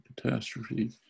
catastrophe